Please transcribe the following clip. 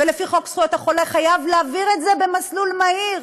לפי חוק זכויות החולה חייבים להעביר את זה במסלול מהיר,